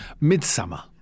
Midsummer